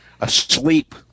asleep